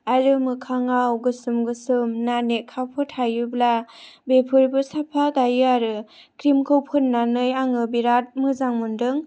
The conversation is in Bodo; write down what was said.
आरो मोखाङाव गोसोम गोसोम नानेखाफोर थायोब्ला बेफोरबो साफा गायो आरो ख्रिमखौ फुननानै आङो बिराद मोजां मोन्दों